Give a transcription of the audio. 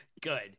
Good